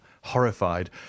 horrified